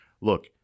Look